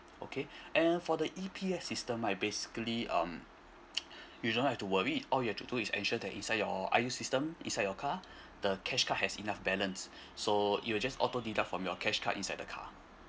okay and for the E_P_S system like basically um you don't have to worry all you have to do is ensure that inside your I_U system inside your car the cash card has enough balance so it will just auto deduct from your cash card inside the car